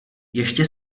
ještě